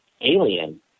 alien